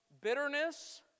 bitterness